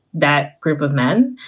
that group of men.